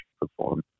perform